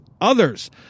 others